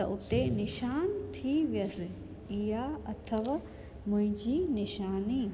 त उते निशान थी वियसि इहा अथव मुंहिंजी निशानी